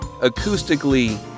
Acoustically